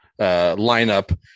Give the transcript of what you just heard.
lineup